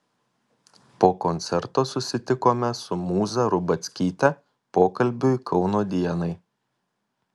po koncerto susitikome su mūza rubackyte pokalbiui kauno dienai